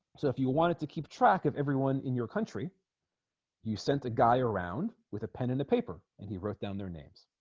so if you wanted to keep track of everyone in your country you sent a guy around with a pen and a paper and he wrote down their names